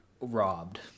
robbed